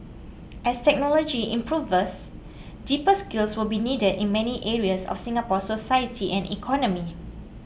as technology improves deeper skills will be needed in many areas of Singapore's society and economy